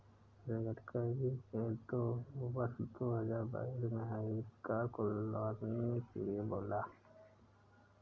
नितिन गडकरी ने वर्ष दो हजार बाईस में हाइब्रिड कार को लाने के लिए बोला